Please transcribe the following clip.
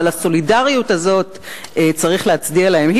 ועל הסולידריות הזאת צריך להצדיע להם.